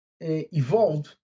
evolved